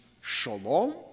shalom